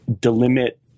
delimit